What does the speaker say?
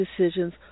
decisions